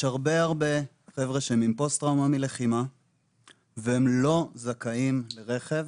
יש הרבה חבר'ה שהם עם פוסט טראומה מלחימה והם לא זכאים לרכב.